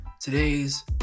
today's